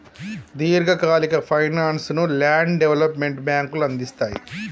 దీర్ఘకాలిక ఫైనాన్స్ ను land development బ్యేంకులు అందిస్తయ్